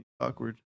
awkward